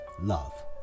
Love